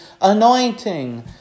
anointing